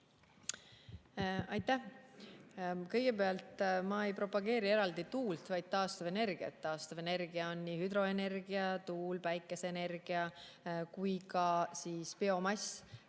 Aitäh! Kõigepealt, ma ei propageeri eraldi tuult, vaid taastuvenergiat. Taastuvenergia on nii hüdroenergia, tuul, päikeseenergia kui ka biomass